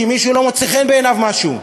כי מישהו לא מוצא חן בעיניו משהו.